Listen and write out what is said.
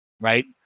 right